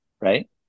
Right